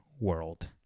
world